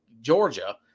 Georgia